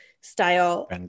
style